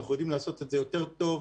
אנחנו יודעים לעשות את זה יותר טוב,